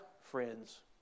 friends